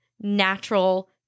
natural